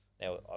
Now